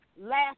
last